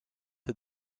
had